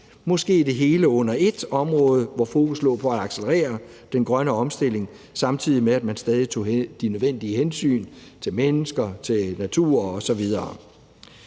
måske under ét område, hvor fokus skulle være på at accelerere den grønne omstilling, samtidig med at man stadig tog de nødvendige hensyn til mennesker, natur, osv.